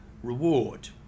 reward